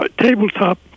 tabletop